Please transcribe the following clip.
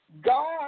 God